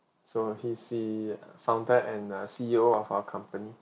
so he's the founder and uh C_E_O of our company